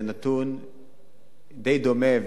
זה נתון די דומה,